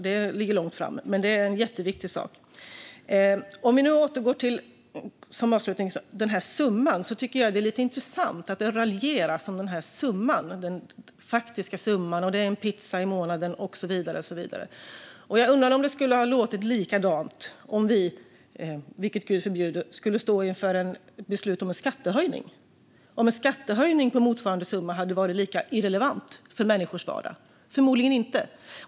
Det ligger långt fram i tiden, men det är en jätteviktig sak. Som avslutning kan vi återgå till summan. Jag tycker att det är lite intressant att det raljeras om den faktiska summan. Det talas om en pizza i månaden och så vidare. Jag undrar om det skulle låta likadant om vi - vilket gud förbjude - skulle stå inför ett beslut om en skattehöjning. Hade en skattehöjning på motsvarande summa varit lika irrelevant för människors vardag? Förmodligen inte!